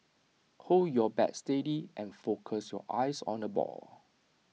hold your bat steady and focus your eyes on the ball